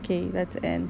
K let's just